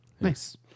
Nice